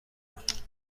بود